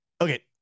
okay